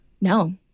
No